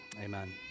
Amen